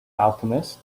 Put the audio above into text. alchemist